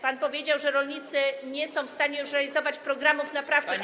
Pan powiedział, że rolnicy już nie są w stanie realizować programów naprawczych.